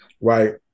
right